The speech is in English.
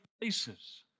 places